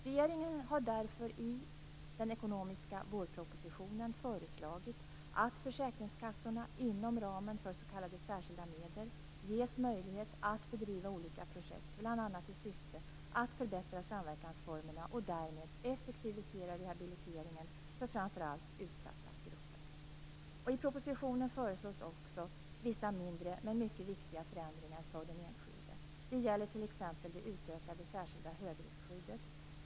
Regeringen har därför i den ekonomiska vårpropositionen föreslagit att försäkringskassorna inom ramen för s.k. särskilda medel ges möjlighet att bedriva olika projekt, bl.a. i syfte att förbättra samverkanformerna och därmed effektivisera rehabiliteringen för framför allt utsatta grupper. I propositionen föreslås också vissa mindre men mycket viktiga förändringar för den enskilde. Det gäller t.ex. det utökade särskilda högriskskyddet.